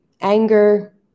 anger